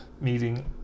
meeting